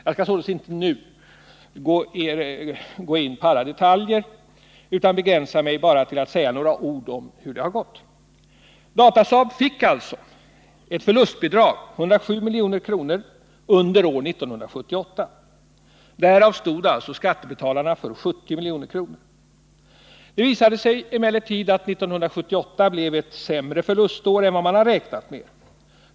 Jag skall inte nu gå in på alla detaljer utan begränsa mig till att bara säga några ord om hur det har gått. stod skattebetalarna för 70 milj.kr. Det visade sig emellertid att 1978 blev ett år med större förlust än man hade räknat med.